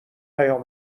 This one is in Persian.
پیام